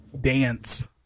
dance